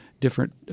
different